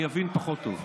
אני אבין פחות טוב.